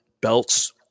belts